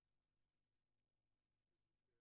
בוקר